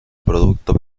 producto